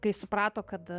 kai suprato kad